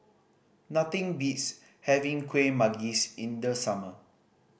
nothing beats having Kuih Manggis in the summer